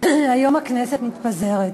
היום הכנסת מתפזרת.